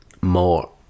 more